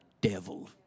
devil